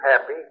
happy